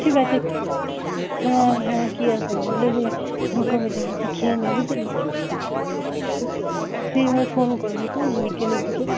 ঠিক আছে হ্যাঁ হ্যাঁ কি আর করবো নে নে দুটো বেজে গেছে খেয়ে নে বুঝলি ফ্রি হয়ে ফোন করবি হুম বিকেলের দিকে